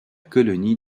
colonie